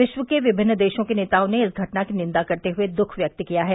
विश्व के विभिन्न देशों के नेताओं ने इस घटना की निंदा करते हए दुख व्यक्त किया है